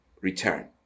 return